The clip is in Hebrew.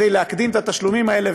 להקדים את התשלומים האלה,